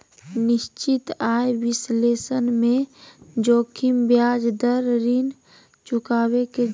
निश्चित आय विश्लेषण मे जोखिम ब्याज दर, ऋण चुकाबे के जोखिम, कॉल प्रावधान शामिल रहो हय